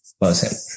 person